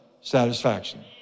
satisfaction